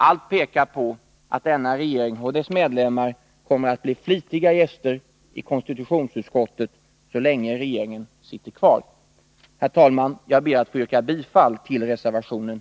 Allt pekar på att denna regering och dess medlemmar kommer att bli flitiga gäster i KU så länge regeringen sitter kvar. Herr talman! Jag yrkar bifall till reservation 1.